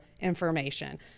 information